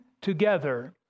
together